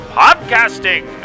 podcasting